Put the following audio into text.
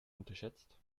unterschätzt